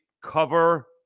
cover